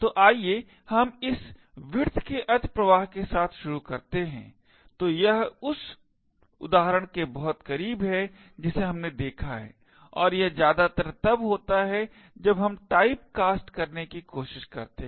तो आइए हम विड्थ के अतिप्रवाह के साथ शुरू करते हैं तो यह उस उदाहरण के बहुत करीब है जिसे हमने देखा है और यह ज्यादातर तब होता है जब हम टाइपकास्ट करने की कोशिश करते हैं